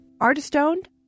Artist-owned